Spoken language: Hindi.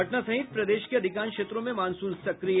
पटना सहित प्रदेश के अधिकांश क्षेत्रों में मॉनसून सक्रिय